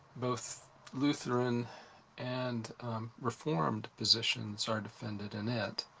both lutheran and reformed positions are defended in it.